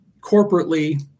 corporately